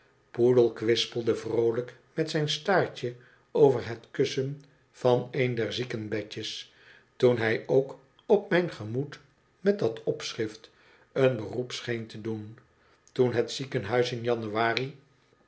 poedel kwispelde vr ooiijk met zijn staartje over het kussen van een der ziekbedjes toen hij ook op mijn gemoed met dat opschrift een beroep scheen te doen toen het ziekenhuis in januari